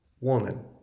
woman